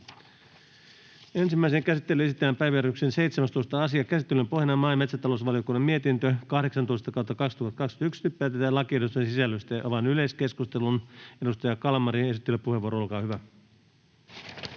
Ensimmäiseen käsittelyyn esitellään päiväjärjestyksen 17. asia. Käsittelyn pohjana on maa- ja metsätalousvaliokunnan mietintö MmVM 18/2021 vp. Nyt päätetään lakiehdotusten sisällöstä. — Avaan yleiskeskustelun. Edustaja Kalmari, esittelypuheenvuoro, olkaa hyvä.